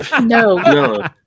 no